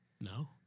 No